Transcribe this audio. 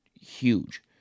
huge